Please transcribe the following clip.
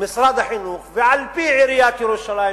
משרד החינוך ועל-פי עיריית ירושלים,